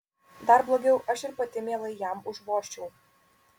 dar blogiau aš ir pati mielai jam užvožčiau